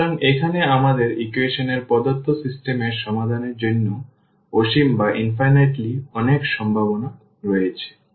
সুতরাং এখানে আমাদের ইকুয়েশন এর প্রদত্ত সিস্টেম এর সমাধানের জন্য অসীম অনেক সম্ভাবনা রয়েছে